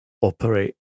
operate